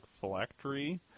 Phylactery